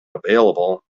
available